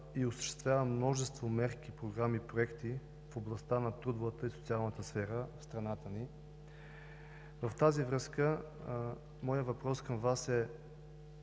и осъществява множество мерки, програми и проекти в областта на трудовата и социалната сфера в страната ни. В тази връзка моят въпрос към Вас е: